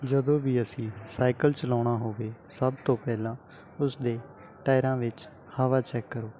ਜਦੋਂ ਵੀ ਅਸੀਂ ਸਾਈਕਲ ਚਲਾਉਣਾ ਹੋਵੇ ਸਭ ਤੋਂ ਪਹਿਲਾਂ ਉਸਦੇ ਟਾਇਰਾਂ ਵਿੱਚ ਹਵਾ ਚੈੱਕ ਕਰੋ